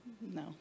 No